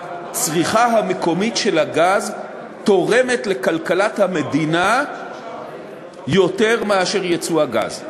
הצריכה המקומית של הגז תורמת לכלכלת המדינה יותר מאשר ייצוא הגז.